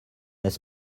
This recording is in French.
n’est